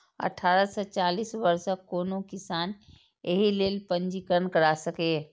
अठारह सं चालीस वर्षक कोनो किसान एहि लेल पंजीकरण करा सकैए